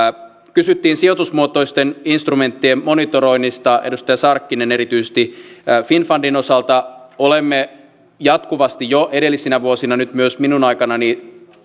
kysyttiin sijoitusmuotoisten instrumenttien monitoroinnista edustaja sarkkinen erityisesti finnfundin osalta olemme jatkuvasti jo edellisinä vuosina nyt myös minun aikanani